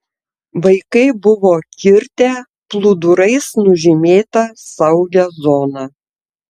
vaikai buvo kirtę plūdurais nužymėta saugią zoną